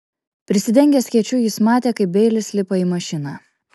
prisidengęs skėčiu jis matė kaip beilis lipa į mašiną